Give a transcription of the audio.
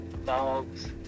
dogs